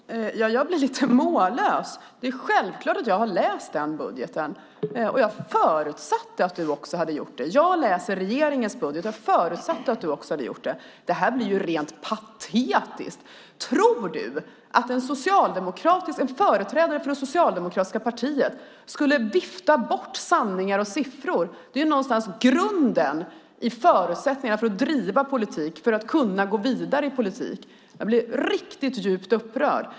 Herr talman! Jag blir lite mållös! Det är självklart att jag har läst budgeten. Jag förutsätter att du också har gjort det. Jag läser regeringens budget, och jag förutsätter att du också har gjort det. Det här blir rent patetiskt. Tror du att en företrädare för det socialdemokratiska partiet skulle vifta bort sanningar och siffror? Det är grunden i förutsättningarna för att driva politik, för att gå vidare i politik. Jag blir riktigt djupt upprörd.